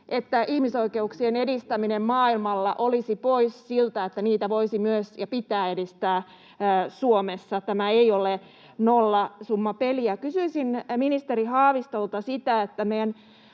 että ihmisoikeuksien edistäminen maailmalla olisi pois siltä, että niitä voisi ja pitää edistää myös Suomessa. Tämä ei ole nollasummapeliä. Kysyisin ministeri Haavistolta sitä,